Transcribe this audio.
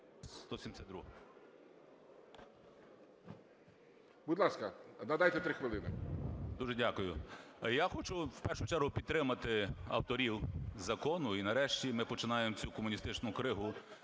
Будь ласка, надайте 3 хвилини. РУЩИШИН Я.І. Дуже дякую. Я хочу в першу чергу підтримати авторів закону, і нарешті ми починаємо цю комуністичну кригу